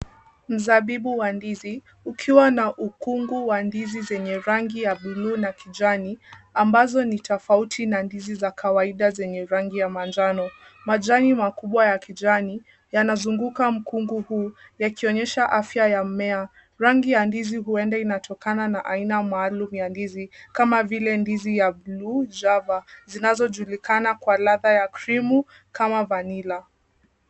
Mzabibu wa ndizi ukiwa na ukungu wa ndizi zenye rangi ya buluu na kijani, ambazo ni tofauti na ndizi za kawaida zenye rangi ya manjano. Majani makubwa ya kijani yanazunguka mkungu huu yakionyesha afya ya mmea. Rangi ya ndizi huenda inatokana na aina maalum ya ndizi kama vile ndizi ya buluu Java zinazojulikana kwa ladha ya krimu kama vanilla .